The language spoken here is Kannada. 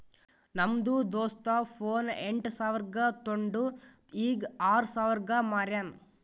ನಮ್ದು ದೋಸ್ತ ಫೋನ್ ಎಂಟ್ ಸಾವಿರ್ಗ ತೊಂಡು ಈಗ್ ಆರ್ ಸಾವಿರ್ಗ ಮಾರ್ಯಾನ್